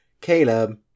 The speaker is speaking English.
Caleb